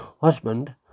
husband